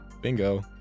bingo